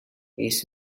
his